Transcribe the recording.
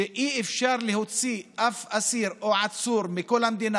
שאי-אפשר להוציא אף אסיר או עצור מכל המדינה